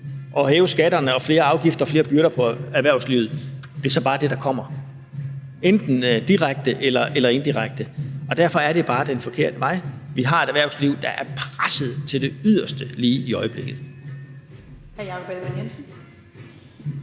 at hæve skatterne og lægge flere afgifter og byrder på erhvervslivet. Det er så bare det, der kommer, enten direkte eller indirekte. Derfor er det bare den forkerte vej. Vi har et erhvervsliv, der er presset til det yderste lige i øjeblikket.